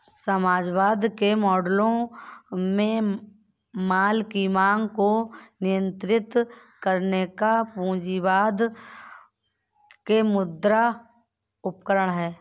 समाजवाद के मॉडलों में माल की मांग को नियंत्रित करने और पूंजीवाद के मुद्रा उपकरण है